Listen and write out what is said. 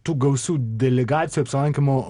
tų gausių delegacijų apsilankymo